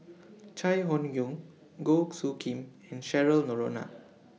Chai Hon Yoong Goh Soo Khim and Cheryl Noronha